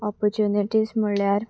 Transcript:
opportunities म्हल्यार